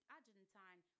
Argentine